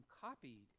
copied